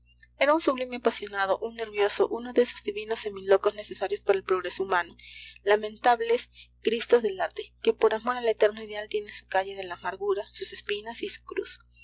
era un sublime apasionado un nervioso uno de esos divinos semilocos necesarios para el progreso humano lamentables cristos del arte que por amor al eterno ideal tienen su calle de la amargura sus espinas y su cruz